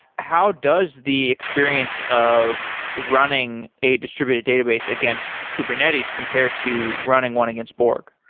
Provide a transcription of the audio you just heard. how does the experience of running a distributed database against kubernetes compared to running one against borg?